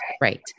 right